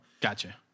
gotcha